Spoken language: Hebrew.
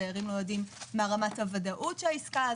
הדיירים לא יודעים מה רמת הוודאות של העסקה,